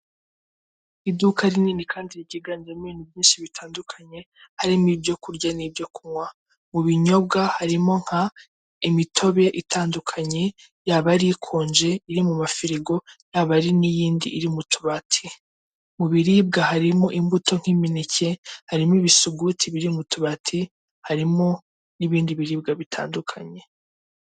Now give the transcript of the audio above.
Iduka rinini kandi rikiganjemo ibintu byinshi bitandukanye, harimo ibyo kurya n'ibyo kunywa, mu binyobwa harimo nka imitobe itandukanye yaba ari ikonje iri mu mafirigo yaba ari n'iyindi iri mu tubati, mu biribwa harimo imbuto nk'imineke, harimo ibisuguti biri mu tubati, harimo n'ibindi biribwa bitandukanye.